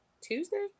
Tuesday